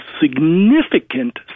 significant